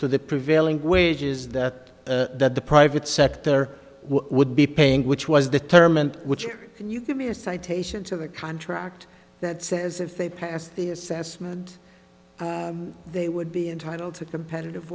to the prevailing wages that that the private sector would be paying which was determined which you give me a citation to the contract that says if they pass the assessment they would be entitled to competitive